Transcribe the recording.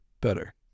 better